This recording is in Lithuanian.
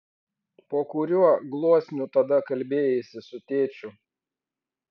po kuriuo gluosniu tada kalbėjaisi su tėčiu